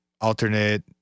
alternate